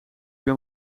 ben